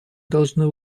должны